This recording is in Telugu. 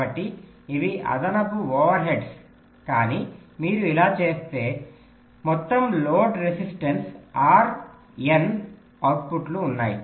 కాబట్టి ఇవి అదనపు ఓవర్ హెడ్స్ కానీ మీరు ఇలా చేస్తే మొత్తం లోడ్ రెసిస్టెన్స్ R N అవుట్పుట్లు ఉన్నాయి